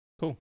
Cool